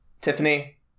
Tiffany